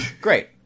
Great